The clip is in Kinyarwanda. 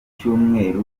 cyumweru